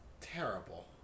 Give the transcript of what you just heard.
terrible